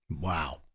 Wow